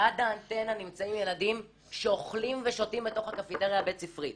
ליד האנטנה נמצאים ילדים שאוכלים ושותים בכל הקפיטריה הבית-ספרית.